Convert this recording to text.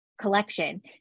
collection